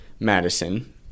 Madison